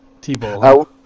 T-Ball